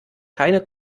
keine